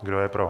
Kdo je pro?